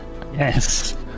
Yes